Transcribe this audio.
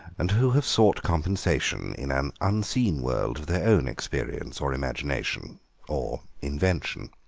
and who have sought compensation in an unseen world of their own experience or imagination or invention.